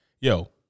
Yo